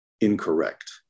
incorrect